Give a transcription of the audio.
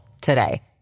today